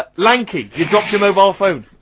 ah lanky! you dropped your mobile phone.